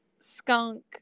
skunk